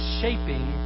shaping